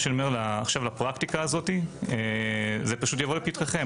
לפרקטיקה הזו, זה יבוא לפתחכם.